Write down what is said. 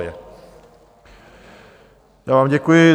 Já vám děkuji.